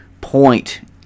point